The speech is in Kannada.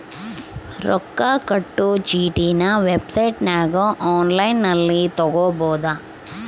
ರೊಕ್ಕ ಕಟ್ಟೊ ಚೀಟಿನ ವೆಬ್ಸೈಟನಗ ಒನ್ಲೈನ್ನಲ್ಲಿ ತಗಬೊದು